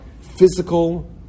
physical